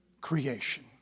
creation